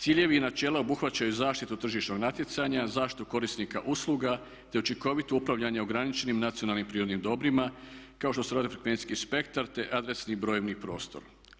Ciljevi i načela obuhvaćaju zaštitu tržišnog natjecanja, zaštitu korisnika usluga, te učinkovito upravljanje ograničenim nacionalnim prirodnim dobrima kao što se radi o frekvencijskom spektru te adresni brojevni prostor.